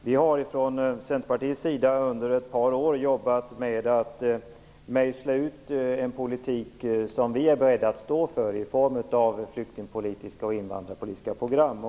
Vi har från Centerpartiets sida under ett par år jobbat med att mejsla ut en politik som vi är beredda att stå för i form av flyktingpolitiska och invandrarpolitiska program.